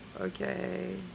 okay